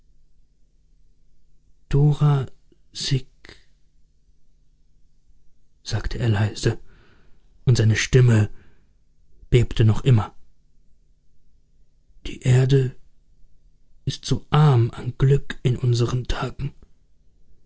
sagte er leise und seine stimme bebte noch immer die erde ist so arm an glück in unseren tagen